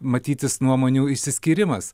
matytis nuomonių išsiskyrimas